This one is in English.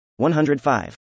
105